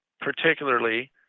particularly